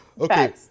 Okay